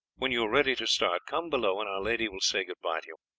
when you are ready to start, come below and our lady will say good-bye to you.